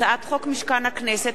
הצעת חוק משכן הכנסת,